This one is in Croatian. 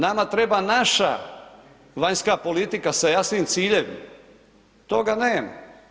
Nama treba naša vanjska politika sa jasnim ciljevima, toga nema.